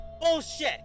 Bullshit